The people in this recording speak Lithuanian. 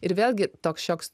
ir vėlgi toks šioks